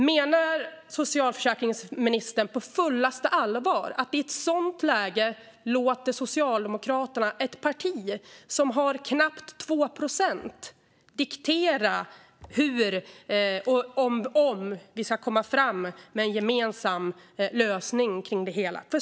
Menar socialförsäkringsministern på fullaste allvar att i ett sådant läge låter Socialdemokraterna ett parti som har knappt 2 procent diktera hur och om vi ska komma fram med en gemensam lösning?